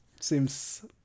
seems